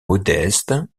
modeste